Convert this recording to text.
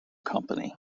company